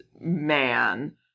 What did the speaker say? man